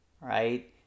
Right